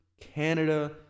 canada